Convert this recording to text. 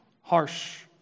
harsh